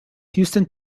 houston